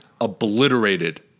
obliterated